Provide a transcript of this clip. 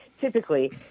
typically